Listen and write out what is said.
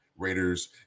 Raiders